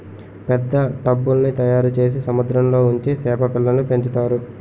పెద్ద టబ్బుల్ల్ని తయారుచేసి సముద్రంలో ఉంచి సేప పిల్లల్ని పెంచుతారు